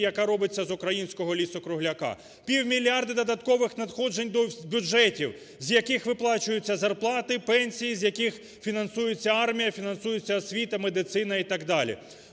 яка робиться з українського лісу-кругляка. Півмільярда додаткових надходжень до бюджетів, з яких виплачуються зарплати, пенсії, з яких фінансується армія, фінансується освіта, медицина, і так далі.